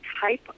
type